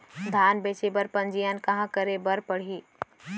धान बेचे बर पंजीयन कहाँ करे बर पड़ही?